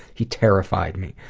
he terrified me.